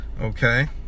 Okay